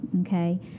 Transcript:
okay